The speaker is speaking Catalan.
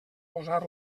posar